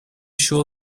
sure